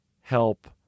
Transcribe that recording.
help